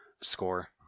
score